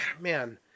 man